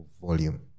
volume